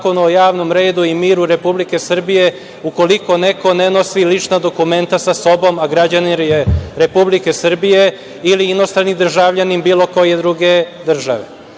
o javnom redu i miru Republike Srbije ukoliko neko ne nosi lična dokumenta sa sobom, a građani Republike Srbije ili je inostrani državljanin, bilo koje druge države. Drugo